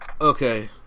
Okay